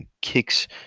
kicks